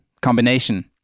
combination